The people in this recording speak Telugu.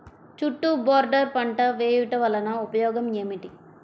చుట్టూ బోర్డర్ పంట వేయుట వలన ఉపయోగం ఏమిటి?